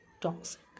toxic